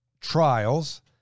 trials